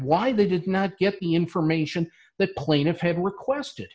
why they did not get the information that plaintiff had requested